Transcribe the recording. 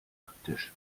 praktisch